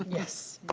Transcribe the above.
yes.